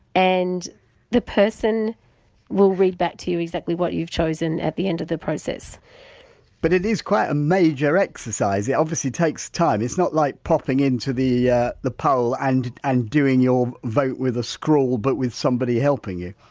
and the person will read back to you exactly what you've chosen at the end of the process but it is quite a major exercise, it obviously takes time it's not like popping into the yeah the poll and and doing your vote with a scrawl but with somebody helping you?